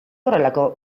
horrelako